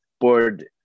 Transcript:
board